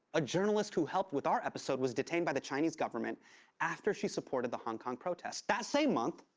a journalist who helped with our episode was detained by the chinese government after she supported the hong kong protests. that same month,